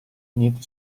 niente